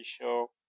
show